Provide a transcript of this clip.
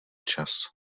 čas